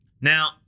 Now